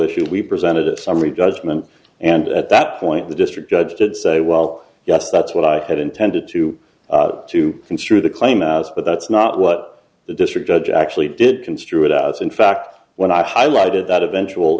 issue we presented a summary judgment and at that point the district judge did say well yes that's what i had intended to to construe the claim as but that's not what the district judge actually did construe it as in fact when i highlighted that eventual